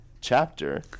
chapter